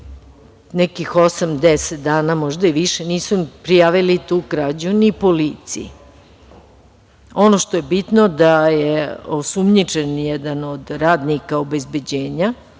deset dana možda i više, nisu prijavili tu krađu ni policiji. Ono što je bitno je to da je osumnjičen jedan od radnika obezbeđenja,